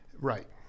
right